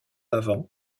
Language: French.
avant